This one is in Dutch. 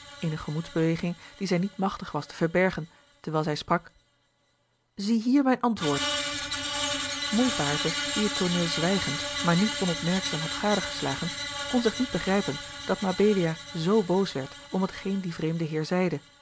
eene gemoedsbeweging die zij niet machtig was te verbergen terwijl zij sprak ziehier mijn antwoord moei baerte die het tooneel zwijgend maar niet on opmerkzaam had gadegeslagen kon zich niet begrijpen dat mabelia zoo boos werd om t geen die vreemde heer zeide